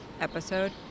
episode